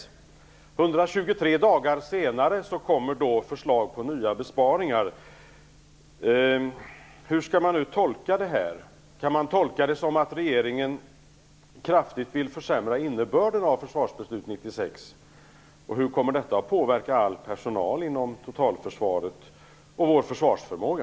123 dagar senare kommer förslag om nya besparingar. Hur skall man nu tolka det här? Kan man tolka det som att regeringen kraftigt vill försämra innebörden av försvarsbeslut 96? Hur kommer detta att påverka all personal inom totalförsvaret och vår försvarsförmåga?